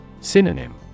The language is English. Synonym